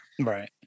Right